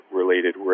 related